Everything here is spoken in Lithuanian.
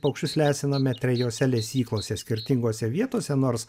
paukščius lesiname trejose lesyklose skirtingose vietose nors